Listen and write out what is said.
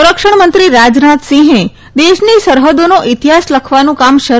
સંરક્ષણમંત્રી રાજનાથસિંહે દેશની સરહદોનો ઇતિહાસ લખવાનું કામ શરૂ